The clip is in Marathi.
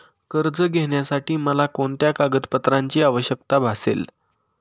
कर्ज घेण्यासाठी मला कोणत्या कागदपत्रांची आवश्यकता भासेल?